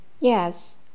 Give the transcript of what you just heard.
Yes